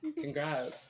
Congrats